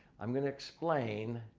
i'm going to explain.